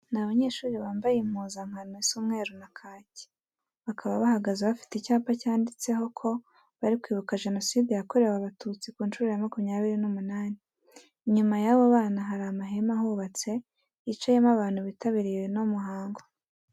Ni abanyeshuri bambaye impuzankano is umweru na kake, bakaba bahagaze bafite icyapa cyanditseho ko bari kwibuka Jenoside yakorewe Abatutsi ku ncuro ya makumyabiri n'umunani. Inyuma y'abo bana hari amahema ahubatse yicayemo abantu bitabiriye uno muhango.